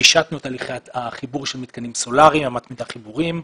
פישטנו את הליכי החיבור של מתקנים סולריים והעמקנו את החיבורים.